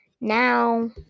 Now